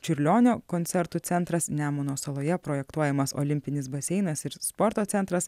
čiurlionio koncertų centras nemuno saloje projektuojamas olimpinis baseinas ir sporto centras